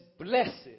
blessed